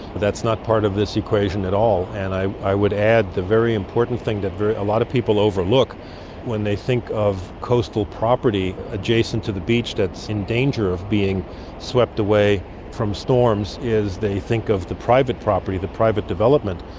that's not part of this equation at all. and i i would add the very important thing that a lot of people overlook when they think of coastal property adjacent to the beach that's in danger of being swept away from storms, is they think of the private property, the private development,